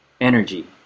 energy